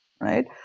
right